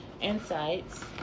insights